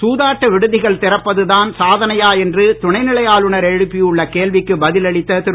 சூதாட்ட விடுதிகள் திறப்பது தான் சாதனையா என்று துணைநிலை ஆளுநர் எழுப்பியுள்ள கேள்விக்கு பதில் அளித்த திரு